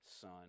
Son